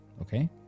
okay